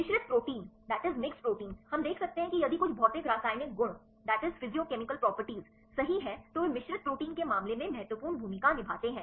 मिश्रित प्रोटीन हम देख सकते हैं कि यदि कुछ भौतिक रासायनिक गुण सही हैं तो वे मिश्रित प्रोटीन के मामले में महत्वपूर्ण भूमिका निभाते हैं